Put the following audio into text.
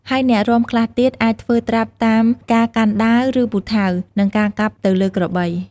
ហើយអ្នករាំខ្លះទៀតអាចធ្វើត្រាប់តាមការកាន់ដាវ ឬពូថៅ និងការកាប់ទៅលើក្របី។